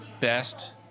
best